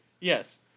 Yes